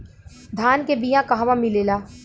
धान के बिया कहवा मिलेला?